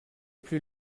plus